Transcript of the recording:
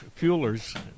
fuelers